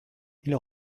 ils